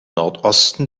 nordosten